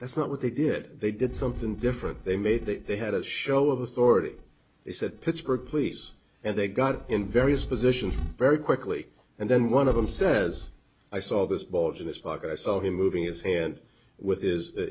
that's not what they did they did something different they made that they had a show of authority they said pittsburgh police and they got in various positions very quickly and then one of them says i saw this bulge in his pocket i saw him moving his hand with is what